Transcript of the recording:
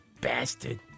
bastard